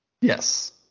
yes